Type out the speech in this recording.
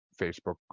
Facebook